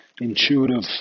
intuitive